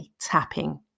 tapping